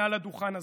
מעל הדוכן הזה.